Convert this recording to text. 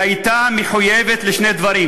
היא הייתה מחויבת לשני דברים: